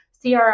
CRI